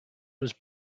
was